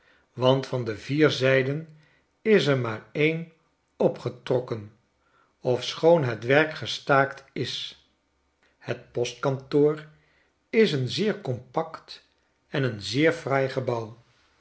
want van de vier zyden is er maar en opgetrokkeh ofschoon het werk gestaakt is het postkantoor is een zeer compact en een zeer fraai gebouw